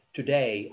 today